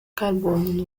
carbono